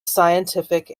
scientific